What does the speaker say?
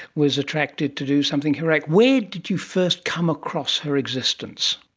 was attracted to do something heroic. where did you first come across her existence?